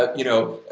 ah you know,